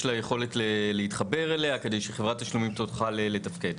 ליכולת להתחבר אליה כדי שחברת תשלומים תוכל לתפקד.